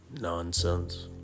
nonsense